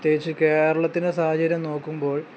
പ്രത്യേകിച്ച് കേരളത്തിന്റെ സാഹചര്യം നോക്കുമ്പോൾ